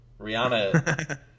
Rihanna